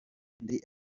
senderi